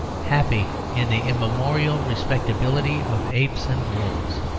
happy in the immemorial respectability of apes and wolves.